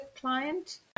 client